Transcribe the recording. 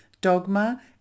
dogma